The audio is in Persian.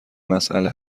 مسئله